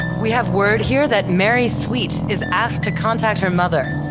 we have word here that mary sweet is asked to contact her mother.